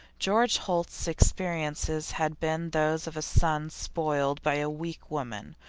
george holt's experiences had been those of a son spoiled by a weak woman,